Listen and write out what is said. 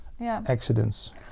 accidents